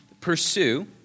pursue